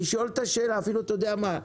אתה יודע מה,